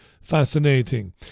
fascinating